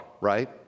right